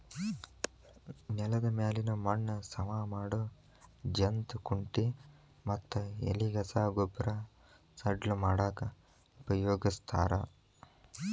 ನೆಲದ ಮ್ಯಾಲಿನ ಮಣ್ಣ ಸವಾ ಮಾಡೋ ಜಂತ್ ಕುಂಟಿ ಮತ್ತ ಎಲಿಗಸಾ ಗೊಬ್ಬರ ಸಡ್ಲ ಮಾಡಾಕ ಉಪಯೋಗಸ್ತಾರ